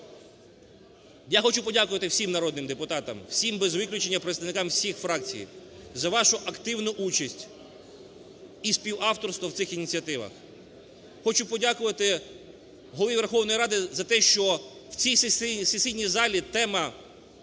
Я хочу подякувати всім народним депутатам, всім без виключення представникам всіх фракцій за вашу активну участь і співавторство в цих ініціативах. Хочу подякувати Голові Верховної Ради за те, що в цій сесійні залі тема